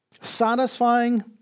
satisfying